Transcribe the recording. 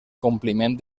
compliment